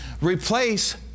Replace